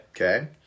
Okay